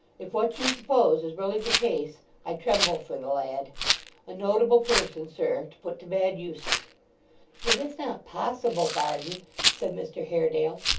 if what you suppose is really the case, i tremble for the lad a notable person, sir, to put to bad uses it is not possible, varden said mr haredale,